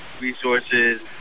resources